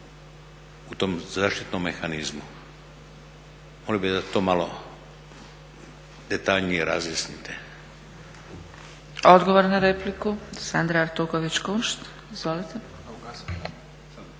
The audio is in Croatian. u tom zaštitnom mehanizmu. Molio bi da to malo detaljnije razjasnite. **Zgrebec, Dragica (SDP)** Odgovor na repliku Sandra Artuković-Kunšt. Izvolite.